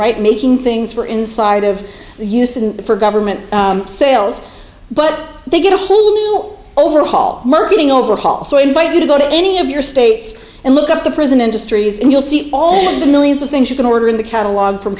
right making things for inside of the usent for government sales but they get a whole needle overhaul marketing overhaul so i invite you to go to any of your states and look up the prison industries and you'll see all the millions of things you can order in the catalog from